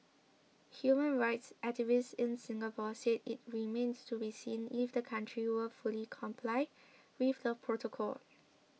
human rights activists in Singapore said it remained to be seen if the country would fully comply with the protocol